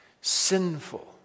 sinful